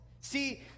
see